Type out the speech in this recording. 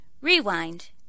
Rewind